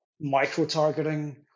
micro-targeting